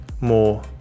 more